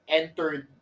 entered